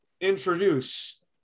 introduce